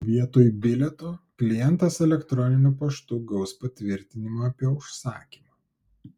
vietoj bilieto klientas elektroniniu paštu gaus patvirtinimą apie užsakymą